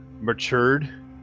matured